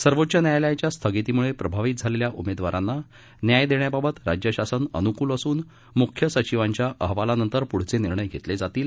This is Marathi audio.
सर्वोच्च न्यायालयाच्या स्थगितीमुळे प्रभावित झालेल्या उमेदवारांना न्याय देण्याबाबत राज्य शासन अनुकूल असून मुख्य सचिवांच्या अहवालानंतर पुढचे निर्णय घेतले जातील